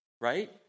right